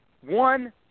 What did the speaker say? one